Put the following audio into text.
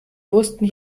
wussten